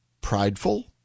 prideful